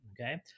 Okay